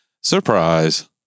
surprise